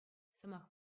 сӑмах